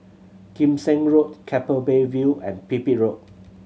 Kim Seng Road Keppel Bay View and Pipit Road